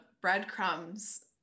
breadcrumbs